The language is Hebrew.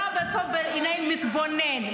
רע וטוב בעיני המתבונן.